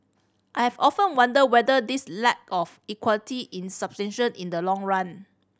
I have often wondered whether this lack of equity in substantial in the long run